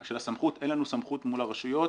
של הסמכות, אין לנו סמכות מול הרשויות